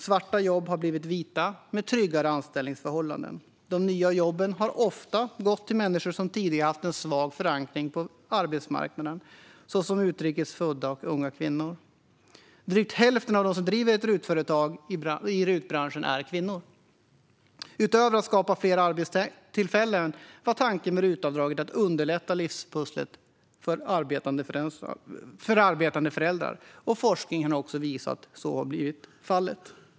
Svarta jobb har blivit vita med tryggare anställningsförhållanden. De nya jobben har ofta gått till människor som tidigare haft en svag förankring på arbetsmarknaden, såsom utrikes födda och unga kvinnor. Drygt hälften av dem som driver ett företag i RUT-branschen är kvinnor. Utöver att skapa fler arbetstillfällen var tanken med RUT-avdraget att det skulle underlätta livspusslet för arbetande föräldrar. Forskningen har också visat att så har blivit fallet.